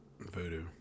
Voodoo